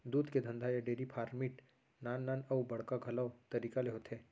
दूद के धंधा या डेरी फार्मिट नान नान अउ बड़का घलौ तरीका ले होथे